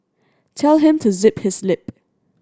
tell him to zip his lip